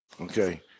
Okay